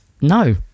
No